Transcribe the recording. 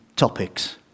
topics